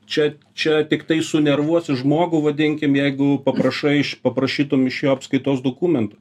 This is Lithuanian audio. čia čia tiktai sunervuosi žmogų vadinkim jeigu paprašai paprašytum iš jo apskaitos dokumentų